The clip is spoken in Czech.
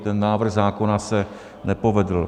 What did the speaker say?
Ten návrh zákona se nepovedl.